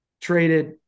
traded